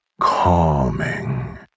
calming